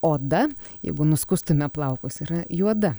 oda jeigu nuskustume plaukus yra juoda